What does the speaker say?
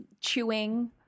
chewing